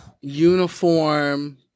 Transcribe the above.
uniform